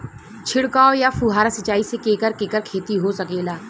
छिड़काव या फुहारा सिंचाई से केकर केकर खेती हो सकेला?